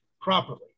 properly